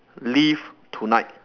live tonight